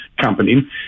company